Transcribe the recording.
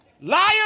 Liar